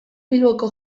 bilboko